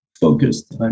focused